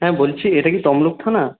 হ্যাঁ বলছি এটা কি তমলুক থানা